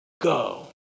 go